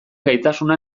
gaitasuna